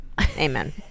Amen